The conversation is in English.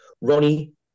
Ronnie